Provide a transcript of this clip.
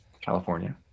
California